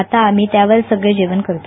आता आम्ही त्यावर सर्व जेवन करतो